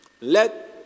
Let